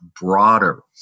broader